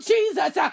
Jesus